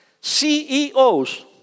CEOs